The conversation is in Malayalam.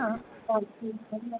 ആ